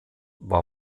war